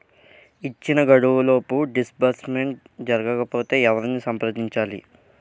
ఇచ్చిన గడువులోపు డిస్బర్స్మెంట్ జరగకపోతే ఎవరిని సంప్రదించాలి?